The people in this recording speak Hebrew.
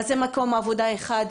מה זה מקום עבודה אחד?